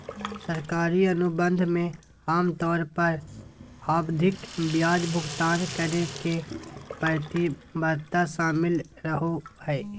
सरकारी अनुबंध मे आमतौर पर आवधिक ब्याज भुगतान करे के प्रतिबद्धता शामिल रहो हय